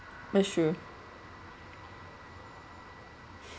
that's true